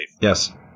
Yes